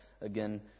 again